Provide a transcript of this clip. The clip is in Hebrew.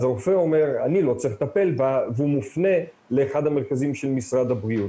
הרופא אומר 'אני לא צריך לטפל' ומופנה לאחד המרכזים של משרד הבריאות.